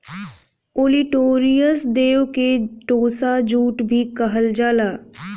olitorius देव के tossa jute भी कहल जाला